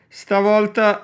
stavolta